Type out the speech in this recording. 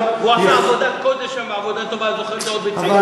שלו, הוא עשה עבודת קודש שם, עבודה טובה, אבל,